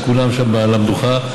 וכולם שם על המדוכה.